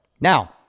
Now